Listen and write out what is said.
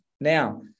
Now